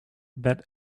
that